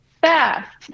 Fast